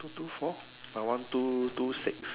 two two four my one two two six